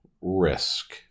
risk